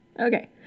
Okay